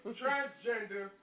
transgender